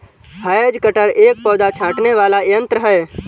has cutter एक पौधा छाँटने वाला यन्त्र है